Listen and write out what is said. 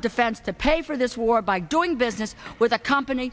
defense to pay for this war by doing business with a company